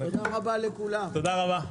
תודה רבה.